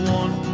one